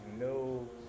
no